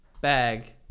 Bag